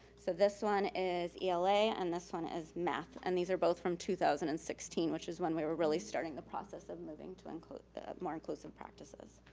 so this one is ela and this one is math. and these are both from two thousand and sixteen which is when we were really starting the process of moving to include the more inclusive practices.